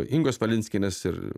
ingos valinskienės ir